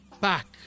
back